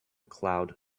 cloud